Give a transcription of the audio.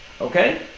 Okay